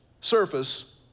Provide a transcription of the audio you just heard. surface